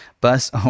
bus